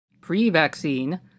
pre-vaccine